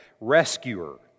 rescuer